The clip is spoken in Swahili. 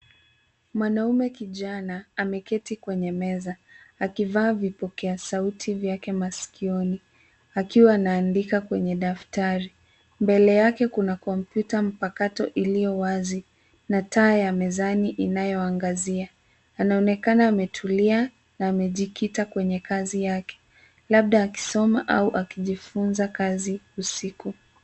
Mwanaume kijana ameketi kwenye meza, akivaa vipokea sauti vyake masikioni, akiwa anaandika kwenye daftari. Mbele yake kuna kompyuta mpakato iliyo wazi na taa ya mezani inayoangazia. Anaonekana ametulia na amejikita kwenye kazi yake labda akisoma au akijifunza kazi usiku.